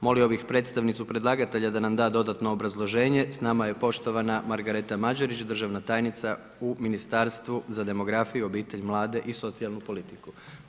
Molio bih predstavniku predlagatelja da nam da dodatno obrazloženje, s nama je poštovana Margareta Mađerić državna tajnica u Ministarstvu za demografiju, obitelj, mlade i socijalnu politiku.